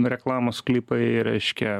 reklamos sklypai reiškia